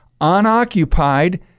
Unoccupied